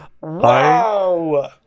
Wow